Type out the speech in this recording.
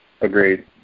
Agreed